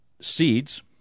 seeds